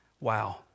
Wow